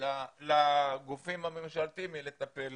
לגופים הממשלתיים לטפל